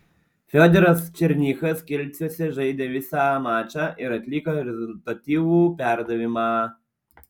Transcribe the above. fiodoras černychas kelcuose žaidė visą mačą ir atliko rezultatyvų perdavimą